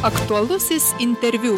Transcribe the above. aktualusis interviu